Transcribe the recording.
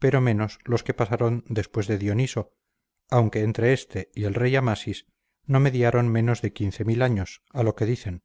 pero menos los que pasaron después de dioniso aunque entre este y el rey amasis no mediaron menos de años a lo que dicen